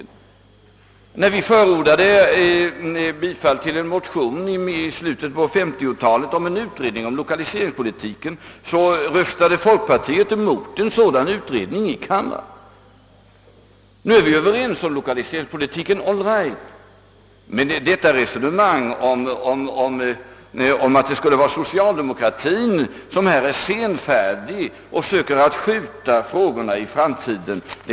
Jag: vill då framhålla, att när vi i slutet av: 1950-talet: förordade bifall till en motion om utredning rörande lokaliseringspolitiken, så rtöstade folkpartiet: mot denna motion. Nu är vi alla: överers om lokaliseringspolitiken. Al: right:—' men. jag reagerar mot påståendet: att det skulle: vara socialdemokratin som härvidlag är senfärdig. och söker: skjuta frågorna på framtiden.